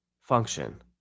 function